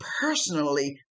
personally